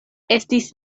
estis